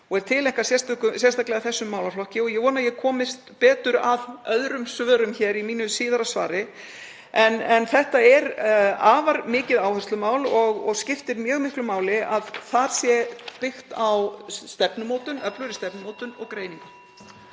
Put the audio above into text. við aldraða og þessum málaflokki sérstaklega. Ég vona að ég komist betur að öðrum svörum í mínu síðara svari. En þetta er afar mikið áherslumál og skiptir mjög miklu máli að þar sé byggt á öflugri stefnumótun og greiningu.